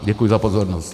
Děkuji za pozornost.